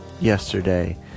yesterday